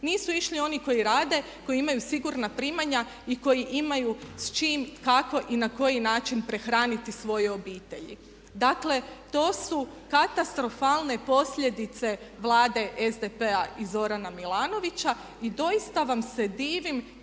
Nisu išli oni koji rade, koji imaju sigurna primanja i koji imaju s čime, kako i na koji način prehraniti svoje obitelji. Dakle to su katastrofalne posljedice Vlade SDP-a i Zorana Milanovića. I doista vam se divim da